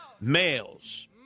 males